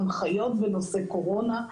הנחיות בנושא קורונה,